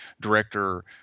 director